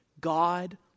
God